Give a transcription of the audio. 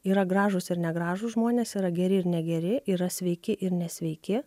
yra gražūs ir negražūs žmonės yra geri ir negeri yra sveiki ir nesveiki